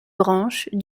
branche